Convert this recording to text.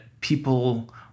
people